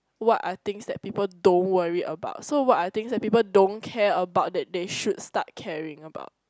what are things that people don't worry about so what are things that people don't care about that they should start caring about